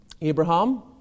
Abraham